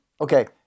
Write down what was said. Okay